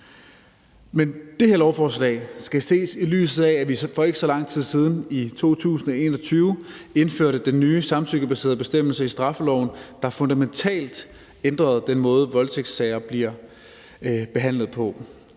Men det her lovforslag skal ses i lyset af, at vi for ikke så lang tid siden i 2021 indførte den nye samtykkebaserede bestemmelse i straffeloven, der fundamentalt ændrede den måde, voldtægtssager bliver behandlet på.